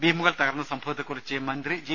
ബീമുകൾ തകർന്ന സംഭവത്തെക്കുറിച്ച് മന്ത്രി ജി